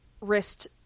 wrist